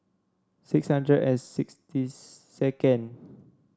six hundred and sixty second